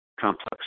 complex